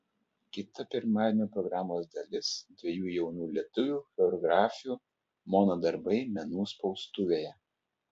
kita pirmadienio programos dalis dviejų jaunų lietuvių choreografių mono darbai menų spaustuvėje